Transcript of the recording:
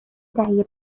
دهه